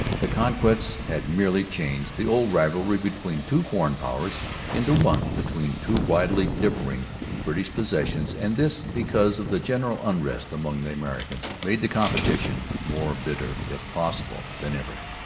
the conquest had merely changed the old rivalry between two foreign powers into one between two widely differing british possessions and this, because of the general unrest among the americans, made the competition more bitter, if possible, than ever.